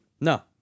No